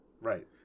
Right